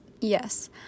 Yes